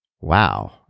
Wow